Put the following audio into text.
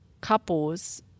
couples